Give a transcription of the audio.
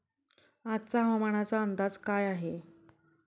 आजचा हवामानाचा अंदाज काय आहे?